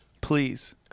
Please